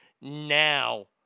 now